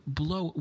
blow